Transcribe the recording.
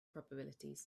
probabilities